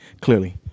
Clearly